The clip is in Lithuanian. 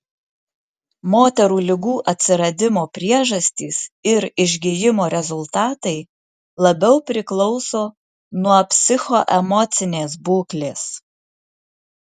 moterų ligų atsiradimo priežastys ir išgijimo rezultatai labiau priklauso nuo psichoemocinės būklės